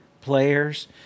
players